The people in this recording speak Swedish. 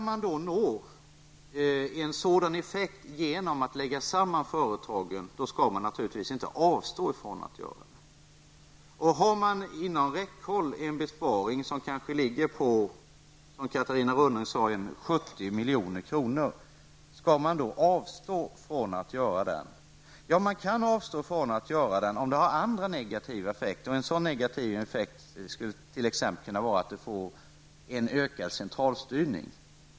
Om man kan nå en sådan effekt genom att lägga samman företagen skall man naturligtvis inte avstå från att göra det. Skall man avstå från att göra en besparing på 70 milj.kr., som Catarina Rönnung sade, som man har inom räckhåll? Man kan avstå från att göra den om den har andra negativa effekter. En sådan negativ effekt skulle t.ex. kunna vara att den leder till en ökad centralstyrning.